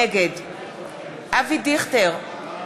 נגד אבי דיכטר,